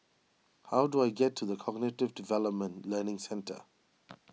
how do I get to the Cognitive Development Learning Centre